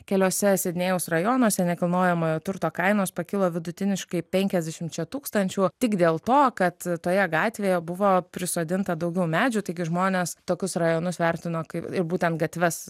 keliose sidnėjaus rajonuose nekilnojamojo turto kainos pakilo vidutiniškai penkiasdešimčia tūkstančių tik dėl to kad toje gatvėje buvo prisodinta daugiau medžių taigi žmonės tokius rajonus vertino kaip ir būtent gatves